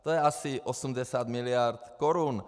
To je asi 80 miliard korun.